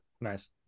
nice